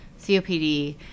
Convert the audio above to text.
COPD